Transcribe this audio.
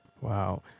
Wow